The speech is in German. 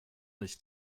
nicht